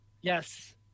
Yes